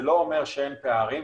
זה לא אומר שאין פערים,